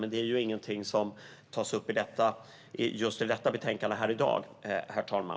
Men det är ju ingenting som tas upp i det betänkande som vi behandlar i dag, herr talman.